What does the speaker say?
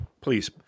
please